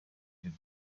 have